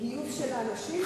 גיוס של האנשים,